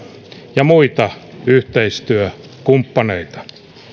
ja muita yhteistyökumppaneita